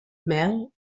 mel